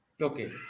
Okay